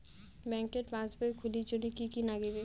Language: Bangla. ব্যাঙ্কের পাসবই খুলির জন্যে কি কি নাগিবে?